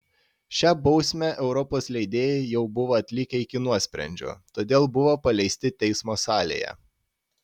šią bausmę europos leidėjai jau buvo atlikę iki nuosprendžio todėl buvo paleisti teismo salėje